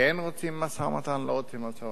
כן רוצים משא-ומתן, לא רוצים משא-ומתן.